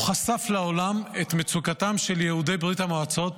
הוא חשף לעולם את מצוקתם של יהודי ברית המועצות,